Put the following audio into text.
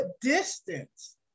distance